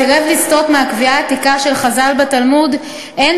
סירב לסטות מהקביעה העתיקה של חז"ל בתלמוד: "אין